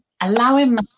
Allowing